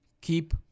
Keep